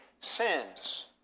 sins